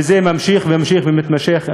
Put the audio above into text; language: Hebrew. וזה ממשיך ומתמשך.